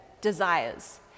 desires